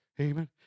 Amen